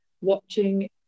watching